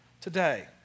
today